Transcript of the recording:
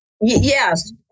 Yes